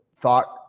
thought